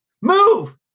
move